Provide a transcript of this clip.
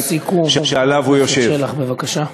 משפט סיכום, עפר שלח, בבקשה.